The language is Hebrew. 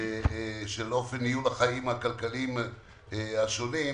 של אופן ניהול החיים הכלכליים השונים.